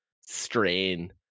strain